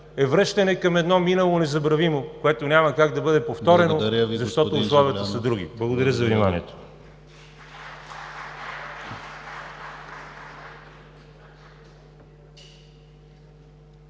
е връщане към едно минало незабравимо, което няма как да бъде повторено, защото условията са други. Благодаря за вниманието.